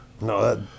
No